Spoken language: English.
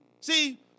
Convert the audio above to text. See